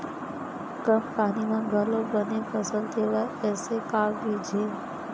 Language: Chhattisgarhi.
कम पानी मा घलव बने फसल देवय ऐसे का बीज हे?